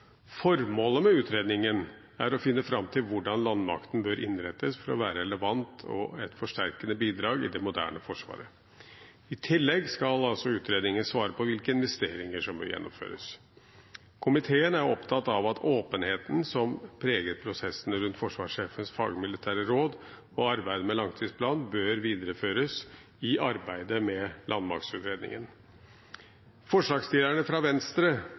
Formålet med utredningen er å finne fram til hvordan landmakten bør innrettes for å være relevant og et forsterkende bidrag i det moderne Forsvaret. I tillegg skal utredningen svare på hvilke investeringer som bør gjennomføres. Komiteen er opptatt av at åpenheten som preget prosessene rundt forsvarssjefens fagmilitære råd og arbeidet med langtidsplanen, bør videreføres i arbeidet med landmaktutredningen. Forslagsstillerne fra Venstre